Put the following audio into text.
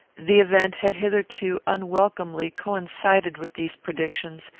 the event had hitherto unwelcomely coincided with these predictions,